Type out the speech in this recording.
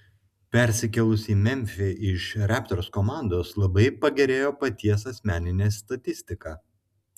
persikėlus į memfį iš raptors komandos labai pagerėjo paties asmeninė statistika